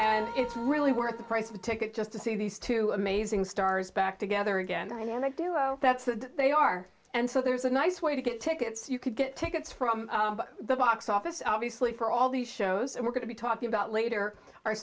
and it's really worth the price of a ticket just to see these two amazing stars back together again and i do that's the they are and so there's a nice way to get tickets you could get tickets from the box office obviously for all the shows and we're going to be talking about later are